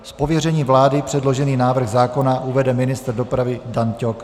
Z pověření vlády předložený návrh zákona uvede ministr dopravy Dan Ťok.